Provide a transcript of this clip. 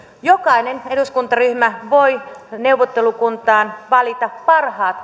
jokainen eduskuntaryhmä voi neuvottelukuntaan valita parhaat